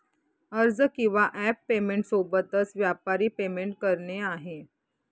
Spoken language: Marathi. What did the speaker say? अर्ज किंवा ॲप पेमेंट सोबतच, व्यापारी पेमेंट करणे आहे